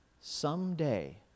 someday